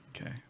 Okay